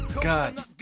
God